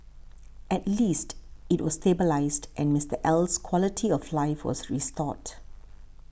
at least it was stabilised and Mister L's quality of life was restored